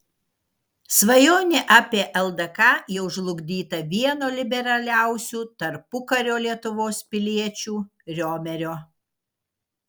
svajonė apie ldk jau žlugdyta vieno liberaliausių tarpukario lietuvos piliečių riomerio